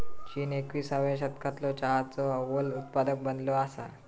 चीन एकविसाव्या शतकालो चहाचो अव्वल उत्पादक बनलो असा